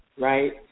right